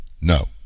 No